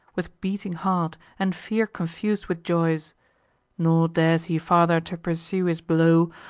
with beating heart, and fear confus'd with joys nor dares he farther to pursue his blow,